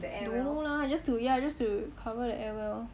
no lah just to ya just to cover the airwheel